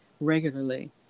regularly